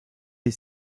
des